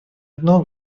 одно